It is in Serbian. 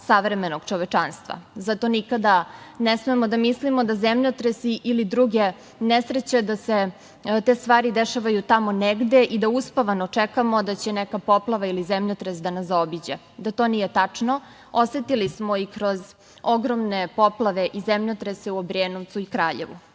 savremenog čovečanstva. Zato, nikada ne smemo da mislimo da se zemljotresi ili drugi nesreće dešavaju tamo negde i da uspavano čekamo da će neka poplava ili zemljotres da nas zaobiđe. Da to nije tačno osetili smo i kroz ogromne poplave i zemljotrese u Obrenovcu i Kraljevu.